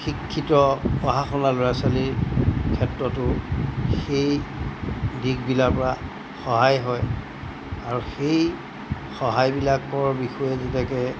শিক্ষিত পঢ়া শুনা ল'ৰা ছোৱালীৰ ক্ষেত্ৰতো সেই দিশবিলাকৰপৰা সহায় হয় আৰু সেই সহায়বিলাকৰ বিষয়ে যেনেকৈ